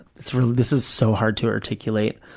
this is so hard to articulate.